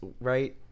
right